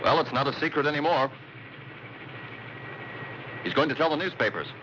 well it's not a secret anymore he's going to sell newspapers